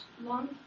long